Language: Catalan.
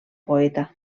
poeta